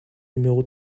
numéro